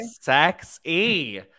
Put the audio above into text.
Sexy